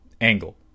angle